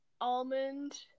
almond